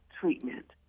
treatment